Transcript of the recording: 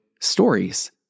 stories